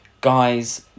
guys